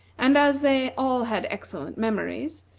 and as they all had excellent memories,